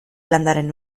landaren